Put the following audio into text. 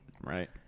Right